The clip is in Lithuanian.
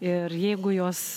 ir jeigu jos